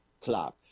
club